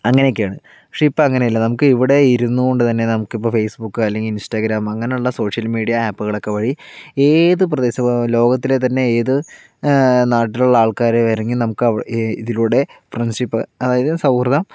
അങ്ങനെയൊക്കെയാണ് പക്ഷേ ഇപ്പോൾ അങ്ങനെയല്ല നമുക്ക് ഇവിടെ ഇരുന്നു കൊണ്ട് തന്നെ നമുക്കിപ്പോ ഫേസ്ബുക്ക് അല്ലെങ്കിൽ ഇൻസ്റ്റാഗ്രാം അങ്ങനെയുള്ള സോഷ്യൽ മീഡിയ ആപ്പുകൾ ഒക്കെ വഴി ഏത് പ്രദേശവും ലോകത്തിലെ തന്നെ ഏത് നാട്ടിലുള്ള ആൾക്കാരെയും വേണമെങ്കിൽ നമുക്ക് ഇതിലൂടെ ഫ്രണ്ട്ഷിപ്പ് അതായത് സൗഹൃദം